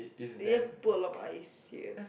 they just put a lot of ice serious